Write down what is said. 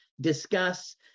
discuss